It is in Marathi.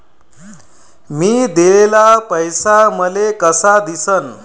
मी दिलेला पैसा मले कसा दिसन?